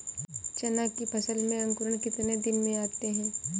चना की फसल में अंकुरण कितने दिन में आते हैं?